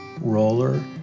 roller